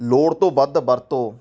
ਲੋੜ ਤੋਂ ਵੱਧ ਵਰਤੋਂ